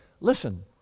listen